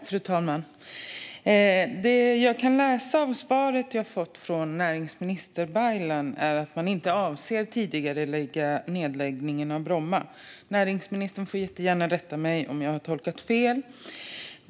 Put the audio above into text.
Fru talman! Det jag kan utläsa av svaret jag har fått av näringsminister Baylan är att man inte avser att tidigarelägga nedläggningen av Bromma. Näringsministern får jättegärna rätta mig om jag har tolkat det fel.